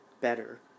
better